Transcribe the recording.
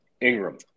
Ingram